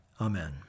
Amen